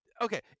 Okay